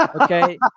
okay